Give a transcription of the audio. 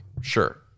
Sure